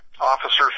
officers